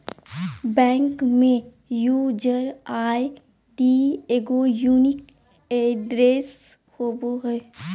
bank में user ID एगो unique address होबो हइ